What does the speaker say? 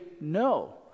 no